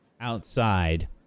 outside